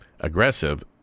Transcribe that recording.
aggressive